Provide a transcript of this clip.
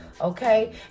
okay